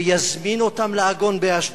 שיזמין אותם לעגון באשדוד,